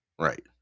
right